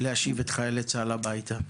להשיב את חיילי צה"ל הביתה.